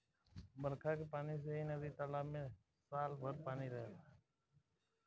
बरखा के पानी से ही नदी तालाब में साल भर पानी रहेला